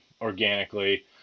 organically